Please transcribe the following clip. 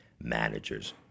managers